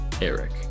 Eric